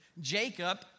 Jacob